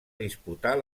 disputar